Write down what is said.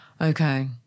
Okay